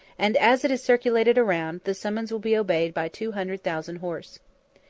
and as it is circulated around, the summons will be obeyed by two hundred thousand horse.